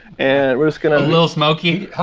and we're just gonna. a little smokey.